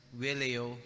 willio